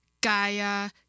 Gaia